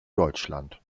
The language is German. deutschland